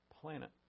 planet